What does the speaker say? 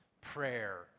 prayer